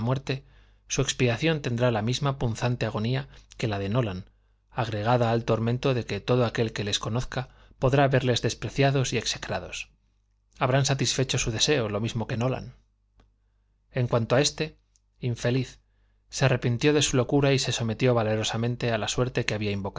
su expiación tendrá la misma punzante agonía que la de nolan agregada al tormento de que todo aquel que les conozca podrá verles despreciados y execrados habrán satisfecho su deseo lo mismo que nolan en cuanto a éste infeliz se arrepintió de su locura y se sometió valerosamente a la suerte que había